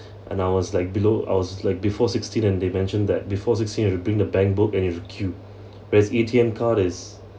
and I was like below I was like before sixteen and they mentioned that before sixteen have to bring the bank book and you have to keep whereas A_T_M card is